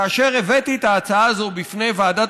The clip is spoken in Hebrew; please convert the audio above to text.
כאשר הבאתי את ההצעה הזאת לפני ועדת